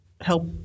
help